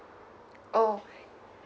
oh